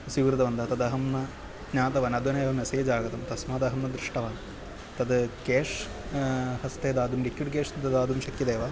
स्वीकृतवन्तः तदहं न ज्ञातवान् अधुना एव मेसेज् आगतं तस्माद् अहं न दृष्टवान् तद् केश् हस्ते दातुं लिक्विड् केश् दातुं शक्यते वा